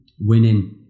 winning